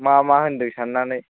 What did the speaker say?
मा मा होन्दों साननानै